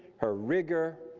her rigor,